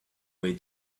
way